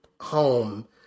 home